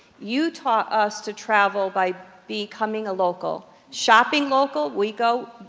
you taught us to travel by becoming a local. shopping local, we go,